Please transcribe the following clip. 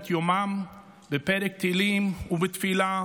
את יומם בפרק תהילים ובתפילה: